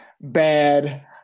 bad